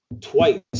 twice